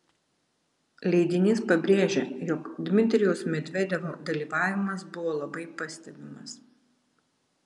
leidinys pabrėžia jog dmitrijaus medvedevo dalyvavimas buvo labai pastebimas